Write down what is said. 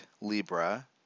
Libra